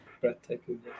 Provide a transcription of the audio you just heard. Breathtaking